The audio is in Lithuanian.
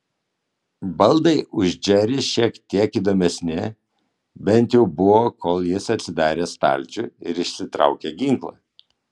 baldai už džerį šiek tiek įdomesni bent jau buvo kol jis atsidarė stalčių ir išsitraukė ginklą